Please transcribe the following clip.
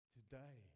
Today